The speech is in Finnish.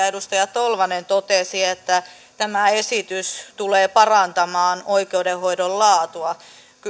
edustaja tolvanen totesi että tämä esitys tulee parantamaan oikeudenhoidon laatua